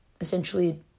essentially